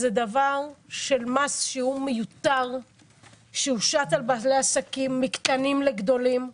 זה מס מיותר שהושת על בעלי עסקים מקטנים לגדולים,